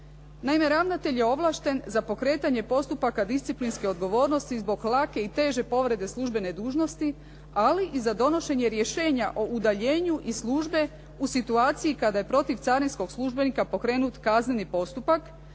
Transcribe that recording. Naime, ravnatelj je ovlašten za pokretanje postupaka disciplinske odgovornosti zbog lake i teže povrede službene dužnosti ali i za donošenje rješenja o udaljenju iz službe u situaciji kada je protiv carinskog službenika pokrenut kazneni postupak